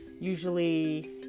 Usually